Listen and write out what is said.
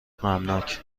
غمناک